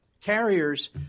Carriers